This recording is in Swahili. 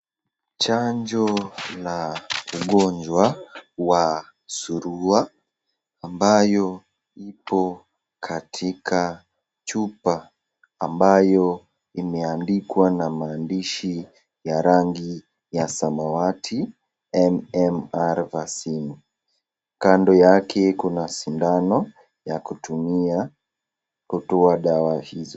Chanjo la ugonjwa wa suruwa ambayo ipo katika chupa ambayo imeandikwa na maandishi ya rangi ya samawati MMR Vaccine kando, yake kuna sindano ya kutumia kutoa dawa hizo.